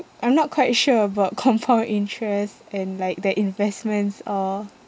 I'm not quite sure about compound interest and like the investments or